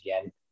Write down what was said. again